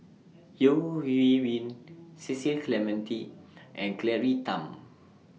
Yeo Hwee Bin Cecil Clementi and Claire Tham